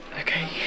okay